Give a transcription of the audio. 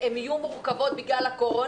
למה לקשר את זה לאירוע הקודם?